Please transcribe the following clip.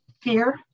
fear